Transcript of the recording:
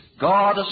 God